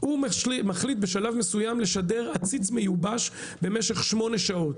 הוא מחליט בשלב מסוים לשדר עציץ מיובש במשך שמונה שעות.